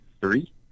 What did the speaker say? three